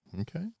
Okay